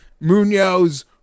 Munoz